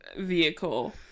vehicle